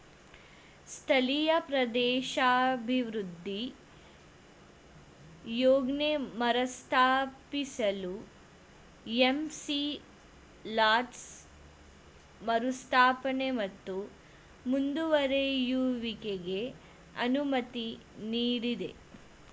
ಸ್ಥಳೀಯ ಪ್ರದೇಶಾಭಿವೃದ್ಧಿ ಯೋಜ್ನ ಮರುಸ್ಥಾಪಿಸಲು ಎಂ.ಪಿ ಲಾಡ್ಸ್ ಮರುಸ್ಥಾಪನೆ ಮತ್ತು ಮುಂದುವರೆಯುವಿಕೆಗೆ ಅನುಮತಿ ನೀಡಿದೆ